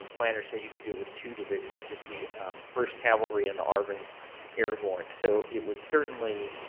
um planners said you could do it with two divisions, just the first calvary and the arvn airborne. so it was certainly